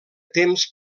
temps